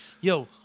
Yo